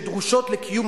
כי דווקא,